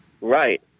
Right